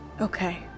okay